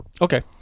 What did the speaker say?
Okay